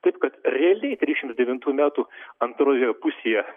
taip kad realiai trisdešimt devintų metų antroje pusėje